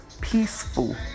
peaceful